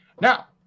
Now